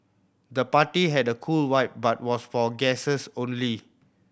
the party had a cool vibe but was for guests only